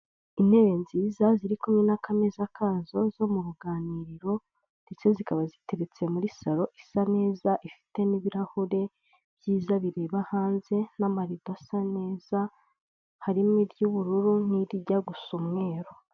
Intebe nziza ziri kumwe n'akameza kazo zo mu ruganiriro ndetse zikaba ziteretse muri saro isa neza, ifite n'ibirahure byiza bireba hanze n'amarido asa neza, harimo iry'ubururu n'irijya gusa umweru.